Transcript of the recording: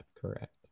Correct